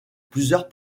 plusieurs